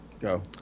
Go